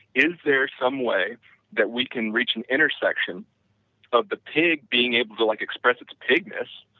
is there some way that we can reach an intersection of the pig being able to like express its pigness,